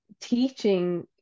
teaching